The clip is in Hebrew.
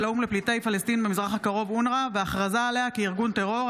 האו"ם לפליטי פלסטין במזרח הקרוב (אונר"א) והכרזה עליה כארגון טרור,